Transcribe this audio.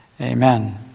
Amen